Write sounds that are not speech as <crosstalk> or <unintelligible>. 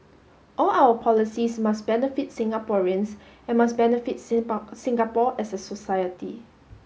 all our policies must benefit Singaporeans and must benefit <unintelligible> Singapore as a society